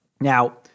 Now